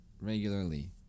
regularly